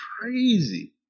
crazy